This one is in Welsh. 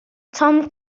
tom